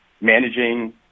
managing